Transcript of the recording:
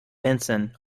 benson